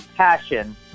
Passion